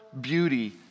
beauty